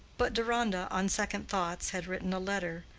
but deronda, on second thoughts, had written a letter,